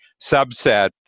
subset